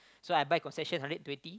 so I buy concession hundred twenty